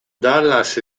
dallas